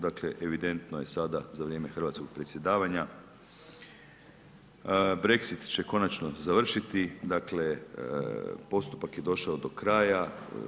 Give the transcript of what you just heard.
Dakle, evidentno je sada za vrijeme hrvatskog predsjedavanja, Brexit će konačno završiti, dakle postupak je došao do kraja.